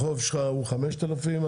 החוב שלך הוא 5,000 שקל,